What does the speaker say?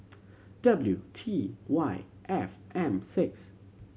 W T Y F M six